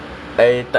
true true